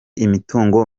imitungo